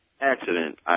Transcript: accident